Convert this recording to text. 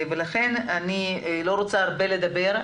לכן אני לא רוצה לדבר הרבה,